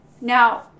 now